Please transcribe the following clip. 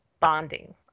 bonding